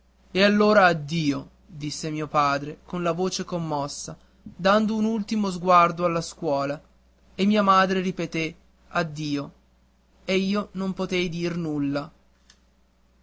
e allora addio disse mio padre con la voce commossa dando un ultimo sguardo alla scuola e mia madre ripeté addio e io non potei dir nulla